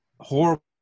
horrible